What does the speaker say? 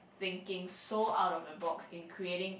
thinking so out of the box in creating